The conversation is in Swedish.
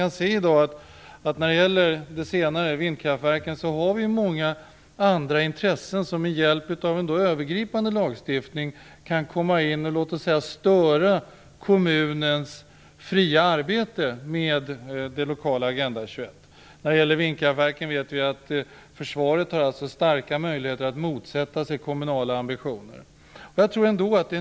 När det gäller det senare, vindkraftverken, finns det i dag många andra intressen som med hjälp av en övergripande lagstiftning kan komma in och störa kommunens fria arbete med det lokala agenda 21-arbetet. Och vi vet att Försvaret har stora möjligheter att motsätta sig kommunala ambitioner när det gäller vindkraftverk.